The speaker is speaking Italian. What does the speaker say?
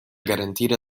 garantire